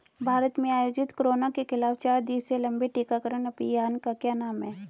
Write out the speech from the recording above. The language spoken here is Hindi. भारत में आयोजित कोरोना के खिलाफ चार दिवसीय लंबे टीकाकरण अभियान का क्या नाम है?